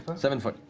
seven-foot.